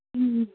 ꯎꯝ